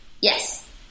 Yes